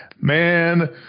man